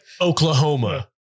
Oklahoma